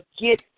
get